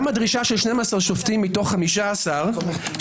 גם הדרישה של 12 שופטים מתוך 15 שכאילו